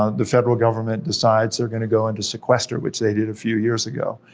ah the federal government decides they're gonna go into sequester, which they did a few years ago.